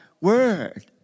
Word